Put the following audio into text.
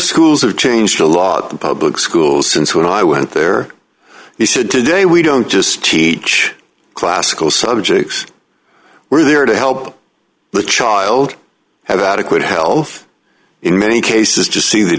schools have changed a lot of public schools since when i went there he said today we don't just teach classical subjects we're there to help the child have adequate health in many cases to see that